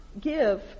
give